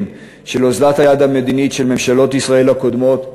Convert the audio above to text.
של אוזלת היד המדינית של ממשלות ישראל הקודמות,